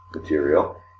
material